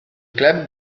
club